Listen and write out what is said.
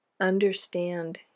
understand